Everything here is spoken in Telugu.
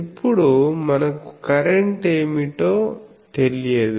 ఇప్పుడు మనకు కరెంట్ ఏమిటో తెలియదు